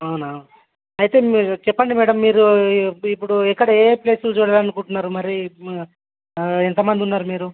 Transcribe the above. అవునా అయితే మీరు చెప్పండి మ్యాడమ్ మీరు ఇప్పుడు ఎక్కడ ఏవే ప్లేసులు చూడాలని అనుకుంటున్నారు మరి ఎంత మంది ఉన్నారు మీరు